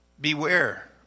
Beware